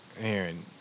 Aaron